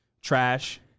trash